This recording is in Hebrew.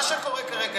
מה שקורה כרגע,